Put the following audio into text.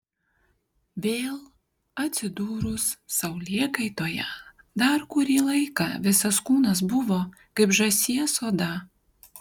vėl atsidūrus saulėkaitoje dar kurį laiką visas kūnas buvo kaip žąsies oda